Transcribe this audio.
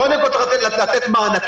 קודם כול, צריך לתת מענקים,